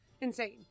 insane